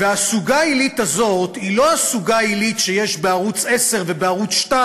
והסוגה העילית הזאת היא לא הסוגה העילית שיש בערוץ 10 ובערוץ 2,